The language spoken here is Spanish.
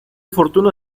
fortuna